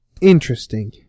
interesting